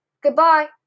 Goodbye